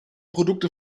produkte